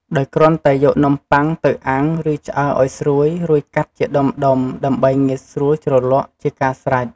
ដោយគ្រាន់តែយកនំបុ័ងទៅអាំង ឬឆ្អើរឱ្យស្រួយ រួចកាត់ជាដុំៗ ដើម្បីងាយស្រួយជ្រលក់ ជាការស្រេច។